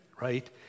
right